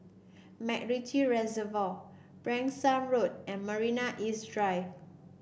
MacRitchie Reservoir Branksome Road and Marina East Drive